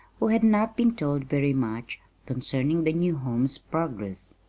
who had not been told very much concerning the new home's progress.